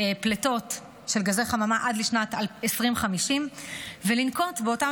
פליטות גזי חממה עד לשנת 2050 ולנקוט את אותם